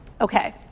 Okay